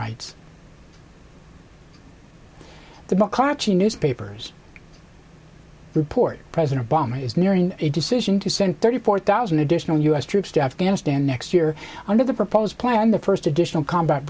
mcclatchy newspapers report president obama is nearing a decision to send thirty four thousand additional u s troops to afghanistan next year under the proposed plan the first additional combat